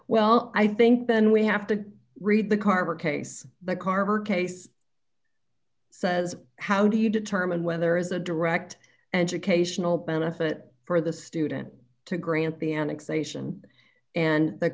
well i think then we have to read the carver case the carver case says how do you determine whether is a direct educational benefit for the student to